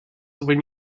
when